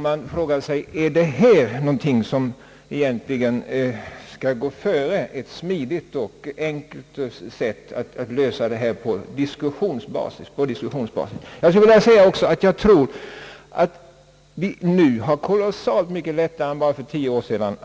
Man frågar sig då: Är detta någonting som egentligen skall gå före ett smidigt och enkelt sätt att på diskussionsbasis lösa problemen? Jag tror att det nu är mycket lättare att göra det än bara för tio år sedan.